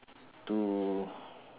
to